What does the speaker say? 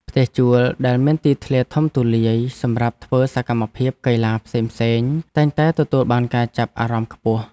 ផ្ទះជួលដែលមានទីធ្លាធំទូលាយសម្រាប់ធ្វើសកម្មភាពកីឡាផ្សេងៗតែងតែទទួលបានការចាប់អារម្មណ៍ខ្ពស់។